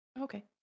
Okay